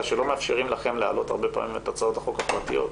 שלא מאפשרים לכם להעלות הרבה פעמים את הצעות החוק הפרטיות,